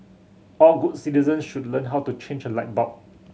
all good citizens should learn how to change a light bulb